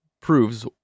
proves